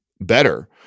better